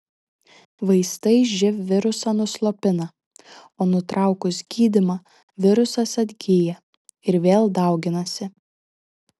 vaistai živ virusą nuslopina o nutraukus gydymą virusas atgyja ir vėl dauginasi